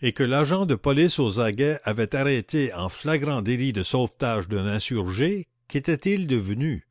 et que l'agent de police aux aguets avait arrêté en flagrant délit de sauvetage d'un insurgé qu'était-il devenu